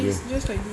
yes